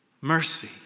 Mercy